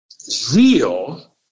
zeal